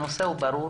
הנושא הוא ברור.